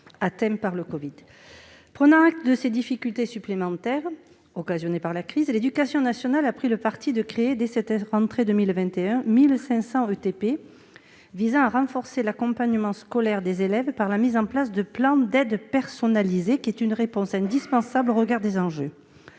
atteints par le covid-19 ... Prenant acte de ces difficultés supplémentaires occasionnées par la crise, l'éducation nationale a pris le parti de créer 1 500 ETP dès la rentrée 2021, pour renforcer l'accompagnement scolaire des élèves par la mise en place de plans d'accompagnement personnalisé. C'est une réponse indispensable au regard des enjeux.